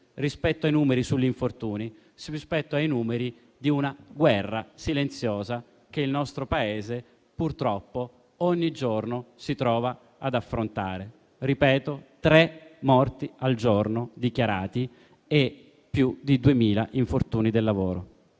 rispetto ai numeri sui decessi e sugli infortuni, rispetto ai numeri di una guerra silenziosa che il nostro Paese purtroppo ogni giorno si trova ad affrontare. Ripeto, ci sono tre morti al giorno dichiarati e più di 2.000 infortuni sui luoghi